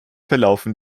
verlaufen